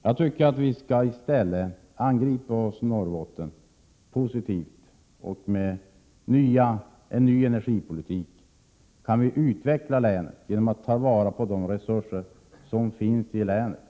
Jag tycker att vi i stället skall gripa oss an Norrbotten positivt. Med en ny energipolitik kan vi utveckla Norrbotten genom att ta vara på de resurser som finns i länet.